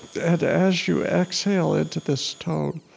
and as you exhale into this tone,